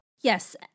Yes